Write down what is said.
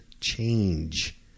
change